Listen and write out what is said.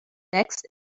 next